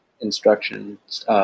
instructions